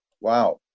wow